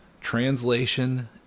translation